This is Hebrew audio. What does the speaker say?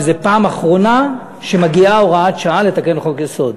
שזו הפעם האחרונה שמגיעה הוראת שעה לתקן חוק-יסוד.